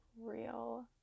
real